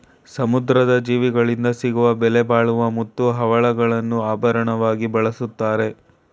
ಸಮುದ್ರದ ಜೀವಿಗಳಿಂದ ಸಿಗುವ ಬೆಲೆಬಾಳುವ ಮುತ್ತು, ಹವಳಗಳನ್ನು ಆಭರಣವಾಗಿ ಬಳ್ಸತ್ತರೆ